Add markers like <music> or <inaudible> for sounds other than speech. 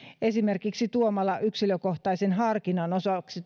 esimerkiksi tuomalla yksilökohtaisen harkinnan osaksi <unintelligible>